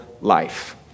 life